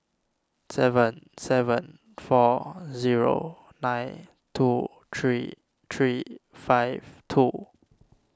seven seven four zero nine two three three five two